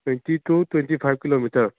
twenty two twenty five kilometer